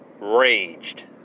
Raged